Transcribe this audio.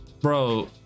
Bro